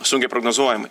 sunkiai prognozuojamai